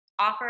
Offer